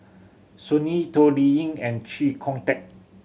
Sun Yee Toh Liying and Chee Kong Tet